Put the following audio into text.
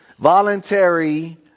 Voluntary